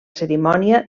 cerimònia